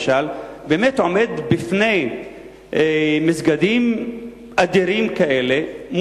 עומד בפני מסגדים אדירים כאלה,